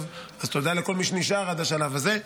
תודה לכל מי שנשאר עד השלב הזה.